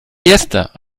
erster